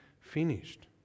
finished